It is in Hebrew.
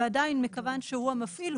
ועדיין מכיוון שהוא המפעיל,